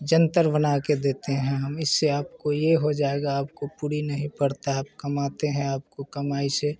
जन्तर बना कर देते हैं हम इससे आपको ये हो जाएगा आपको पुरा नहीं पड़ता आप कमाते हैं आपको कमाई से